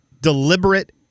deliberate